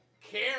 care